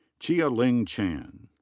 chia ling chan.